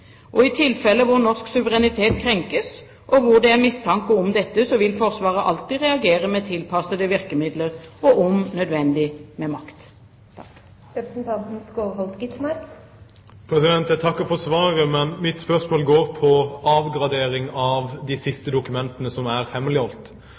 I tilfeller hvor norsk suverenitet krenkes, eller hvor det er mistanke om dette, vil Forsvaret alltid reagere med tilpassede virkemidler, om nødvendig med makt. Jeg takker for svaret, men mitt spørsmål går på avgradering av de